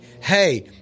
hey